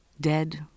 dead